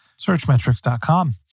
searchmetrics.com